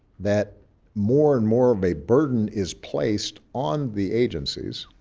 that more and more of a burden is placed on the agencies